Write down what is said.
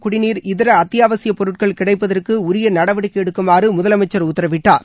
குடிநீர் இதர அத்தியாவசிய பொருட்கள் கிடைப்பதற்கு உரிய நடவடிக்கை எடுக்குமாறு முதலமைச்சர் உத்தரவிட்டார்